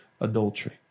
adultery